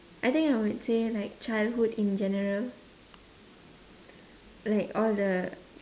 I think I would say like childhood in general like all the